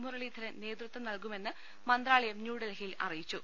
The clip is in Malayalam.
മു രളീധരൻ നേതൃത്വം നൽകുമെന്ന് മന്ത്രാലയം ന്യൂഡൽഹിയിൽ അറിയിച്ചു